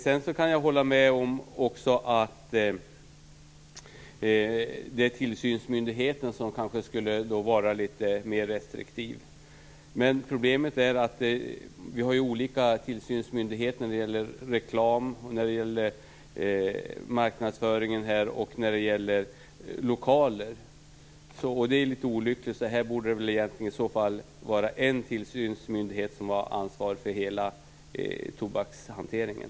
Sedan kan jag hålla med om att det är tillsynsmyndigheten som kanske borde vara litet mer restriktiv. Men problemet är att det är olika tillsynsmyndigheter när det gäller reklam och marknadsföring och när det gäller lokaler. Det är litet olyckligt. Det borde vara en tillsynsmyndighet som har ansvaret för hela tobakshanteringen.